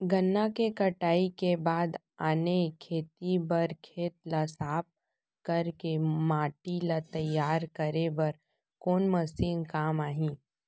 गन्ना के कटाई के बाद आने खेती बर खेत ला साफ कर के माटी ला तैयार करे बर कोन मशीन काम आही?